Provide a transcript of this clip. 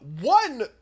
One